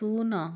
ଶୂନ